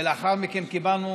ולאחר מכן קיבלנו,